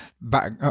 back